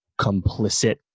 complicit